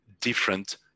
different